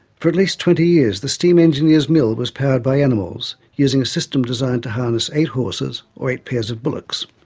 for at least twenty years, the steam engineer's mill was powered by animals, using a system designed to harness eight horses or eight pairs of bullocks.